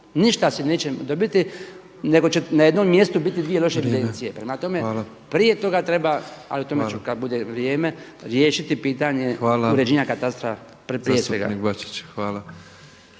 Ništa se neće dobiti nego će na jednom mjestu biti dvije loše evidencije. Prema tome, prije toga treba ali o tome ću kada bude vrijeme riješiti pitanje uređenja katastra …/Govornik